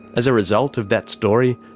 as a result of that story,